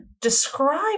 describe